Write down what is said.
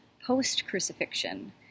post-crucifixion